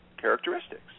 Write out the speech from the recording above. characteristics